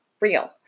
real